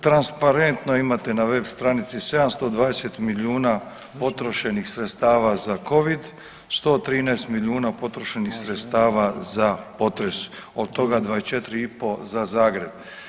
Transparentno imate na web stranici 720 milijuna potrošenih sredstava za covid, 113 milijuna potrošenih sredstava za potres, od toga 24,5 za Zagreb.